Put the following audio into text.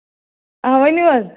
آ ؤنِو حظ